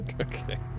Okay